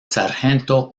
sargento